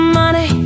money